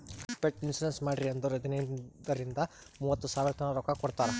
pet insurance ಮಾಡ್ರಿ ಅಂದುರ್ ಹದನೈದ್ ರಿಂದ ಮೂವತ್ತ ಸಾವಿರತನಾ ರೊಕ್ಕಾ ಕೊಡ್ತಾರ್